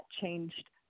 changed